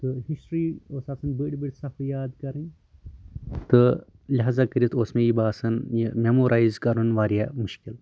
تہٕ ہسٹری ٲسۍ آسان بٔڑ بٔڑ صفہٕ یادٕ کَرٕنۍ تہٕ لِہاظا کٔرِتھ اوس مےٚ یہِ باسان یہِ میمورایِز کَرُن واریاہ مُشکِل